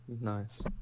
Nice